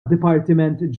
dipartiment